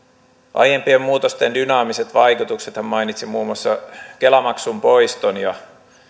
aiempien muutosten dynaamiset vaikutukset hän mainitsi muun muassa kela maksun poiston ja